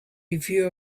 review